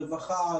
רווחה,